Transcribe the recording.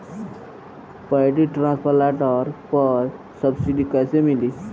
Paddy transplanter पर subsidy कैसे मिली?